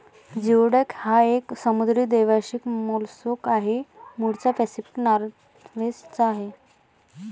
geoduck हा एक समुद्री द्वैवार्षिक मोलस्क आहे, मूळचा पॅसिफिक नॉर्थवेस्ट चा आहे